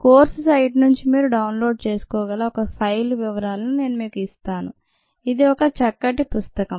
course site నుంచి మీరు download చేసుకోగల ఒక ఫైలు వివరాలను నేను మీకు ఇస్తాను ఇది ఒక చక్కటి పుస్తకం